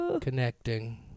Connecting